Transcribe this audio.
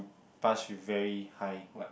pass with very high